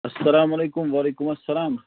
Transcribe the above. اَلسلامُ علیکُم وعلیکُم السلام